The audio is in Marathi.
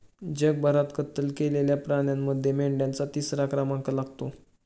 जगभरात कत्तल केलेल्या प्राण्यांमध्ये मेंढ्यांचा तिसरा क्रमांक लागतो